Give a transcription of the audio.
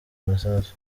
masasu